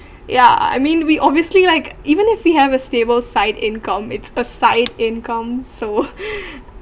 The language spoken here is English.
yeah I I mean we obviously like even if we have a stable side income it's a side income so